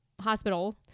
Hospital